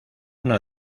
una